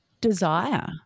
desire